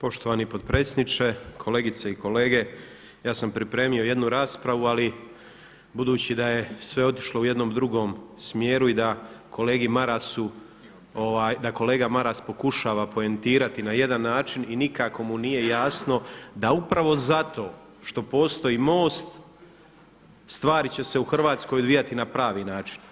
Poštovani potpredsjedniče, kolegice i kolege ja sam pripremio jednu raspravu ali budući da je sve otišlo u jednom drugom smjeru i da kolegi Marasu, da kolega Maras pokušava poentirati na jedan način i nikako mu nije jasno da upravo zato što postoji MOST stvari će se u Hrvatskoj odvijati na pravi način.